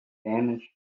damaged